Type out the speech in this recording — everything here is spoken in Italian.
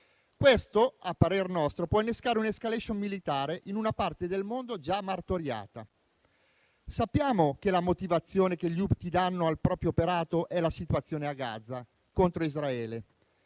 Questo, a parer nostro, può innescare un'*escalation* militare in una parte del mondo già martoriata. Sappiamo che la motivazione che gli Houthi danno al proprio operato è la situazione a Gaza contro Israele.